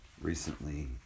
recently